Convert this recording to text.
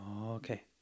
Okay